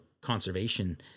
conservation